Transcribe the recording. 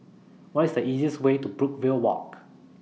What IS The easiest Way to Brookvale Walk